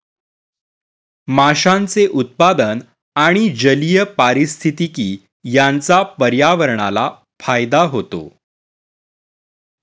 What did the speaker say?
माशांचे उत्पादन आणि जलीय पारिस्थितिकी यांचा पर्यावरणाला फायदा होतो